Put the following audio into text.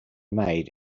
made